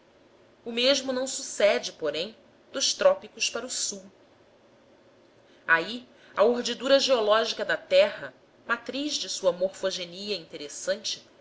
o mesmo não sucede porém dos trópicos para o sul aí a urdidura geológica da terra matriz de sua morfogenia interessante